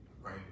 right